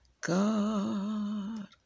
God